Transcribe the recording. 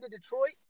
Detroit